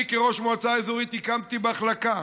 אני, כראש מועצה אזורית, הקמתי מחלקה,